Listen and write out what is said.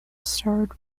starred